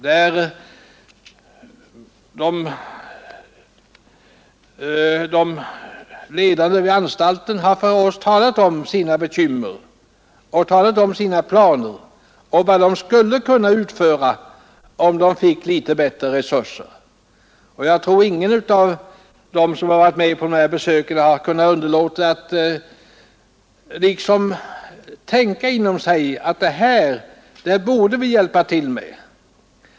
De ledande vid anstalterna talade då om sina bekymmer och sina planer och vad de skulle kunna utföra om de fick litet bättre resurser. Jag tror ingen av dem som varit med vid besöken kunnat underlåta att tänka att det här borde vi hjälpa till med.